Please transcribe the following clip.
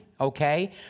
Okay